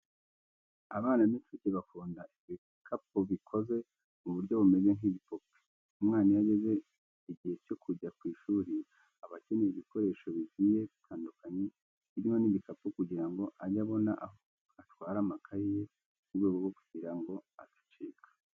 Abana b'inshuke bakunda ibikapu bikoze mu buryo bumeze nk'ibipupe. Umwana iyo ageze igihe cyo kujya ku ishuri aba akeneye ibikoresho bigiye bitandukanye, birimo n'ibikapu kugira ngo ajye abona aho atwara amakayi ye mu rwego rwo kugira ngo adacika.